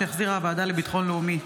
שהחזירה הוועדה לביטחון לאומי.